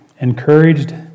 encouraged